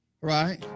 right